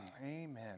Amen